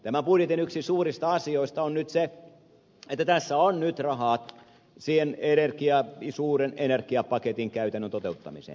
tämän budjetin yksi suurista asioista on nyt se että tässä on nyt rahaa siihen suuren energiapaketin käytännön toteuttamiseen